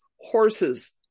horses